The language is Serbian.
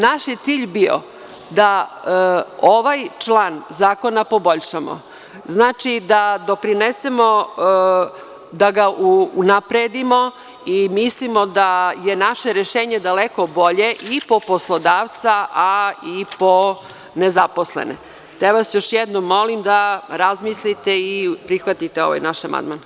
Naš je cilj je bio da ovaj član zakona poboljšamo, da doprinesemo, da ga unapredimo i mislimo da je naše rešenje daleko bolje i po poslodavca i po nezaposlene, pa vas još jednom molim da razmislite i prihvatite ovaj naš amandman.